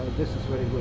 this is very